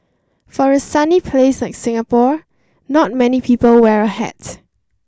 for a sunny place like Singapore not many people wear a hat